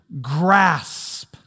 grasp